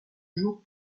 jours